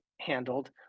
handled